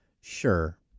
sure